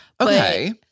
Okay